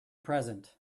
present